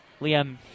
Liam